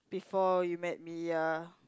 before you met me ya